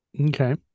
Okay